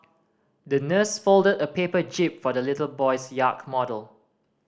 the nurse folded a paper jib for the little boy's yacht model